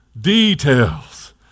details